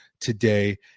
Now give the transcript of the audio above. today